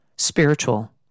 Spiritual